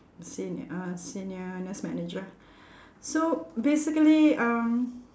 senior uh senior nurse manager so basically um